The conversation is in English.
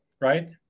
right